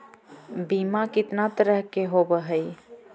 बीमा कितना तरह के होव हइ?